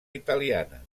italiana